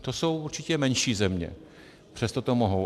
To jsou určitě menší země, přesto to mohou.